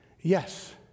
yes